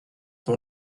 dont